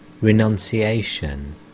renunciation